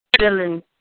feeling